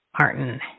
Martin